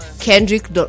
Kendrick